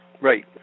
Right